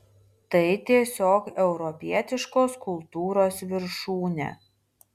tai tiesiog europietiškos kultūros viršūnė